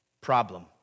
problem